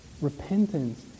Repentance